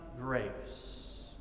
grace